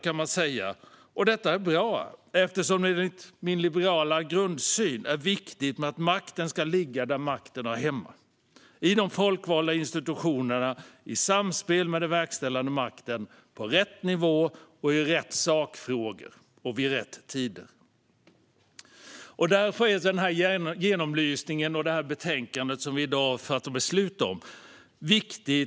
Det är bra och i enlighet med min liberala grundsyn att makten ska ligga där makten hör hemma: i de folkvalda institutionerna i samspel med den verkställande makten, på rätt nivå, i rätt sakfrågor och vid rätt tidpunkt. Därför är denna genomlysning och det betänkande som vi i dag ska fatta beslut om viktiga.